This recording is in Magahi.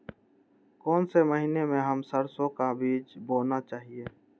कौन से महीने में हम सरसो का बीज बोना चाहिए?